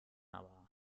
aber